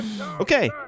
Okay